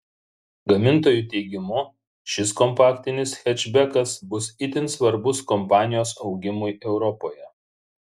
gamintojų teigimu šis kompaktinis hečbekas bus itin svarbus kompanijos augimui europoje